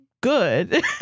good